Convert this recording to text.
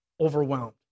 overwhelmed